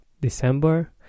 December